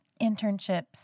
internships